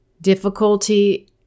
difficulty